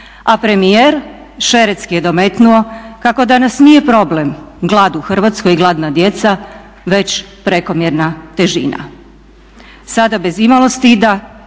A premijer šeretski je dometnuo kako danas nije problem glad u Hrvatskoj, gladna djeca, već prekomjerna težina. Sada bez imalo stida,